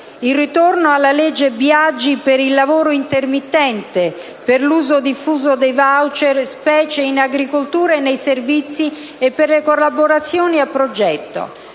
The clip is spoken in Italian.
il ritorno alla legge Biagi per il lavoro intermittente, per l'uso diffuso dei *voucher*, specie in agricoltura e nei servizi, e per le collaborazioni a progetto.